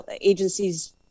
agencies